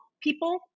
people